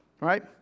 Right